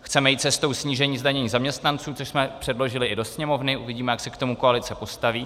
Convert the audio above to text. Chceme jít cestou snížení zdanění zaměstnanců, což jsme předložili i do Sněmovny, uvidíme, jak se k tomu koalice postaví.